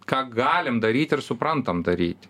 ką galim daryt ir suprantam daryt